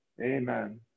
Amen